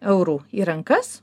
eurų į rankas